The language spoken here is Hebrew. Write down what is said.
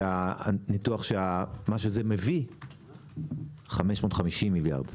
שהניתוח של מה שזה מביא - 550 מיליארד.